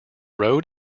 road